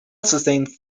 sustained